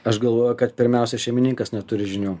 aš galvoju kad pirmiausia šeimininkas neturi žinių